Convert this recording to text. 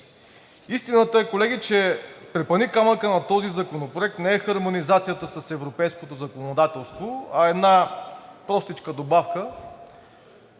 Истината е, колеги, че препъникамъкът на този законопроект не е хармонизацията с европейското законодателство, а една простичка добавка